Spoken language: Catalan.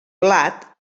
blat